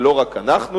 זה לא רק אנחנו,